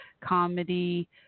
comedy